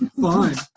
fine